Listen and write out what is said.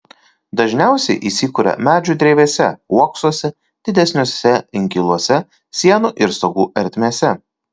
dažniausiai įsikuria medžių drevėse uoksuose didesniuose inkiluose sienų ir stogų ertmėse